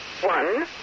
one